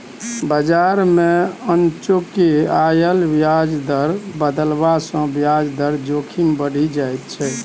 बजार मे अनचोके आयल ब्याज दर बदलाव सँ ब्याज दर जोखिम बढ़ि जाइत छै